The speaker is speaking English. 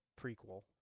prequel